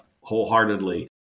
wholeheartedly